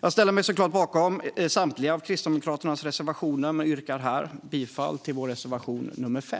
Jag ställer mig såklart bakom samtliga av Kristdemokraternas reservationer men yrkar här bifall endast till vår reservation nr 5.